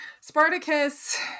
Spartacus